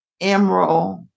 emerald